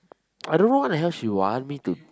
I don't know what the hell she want me to